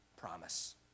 Promise